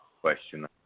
question